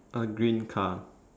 a green car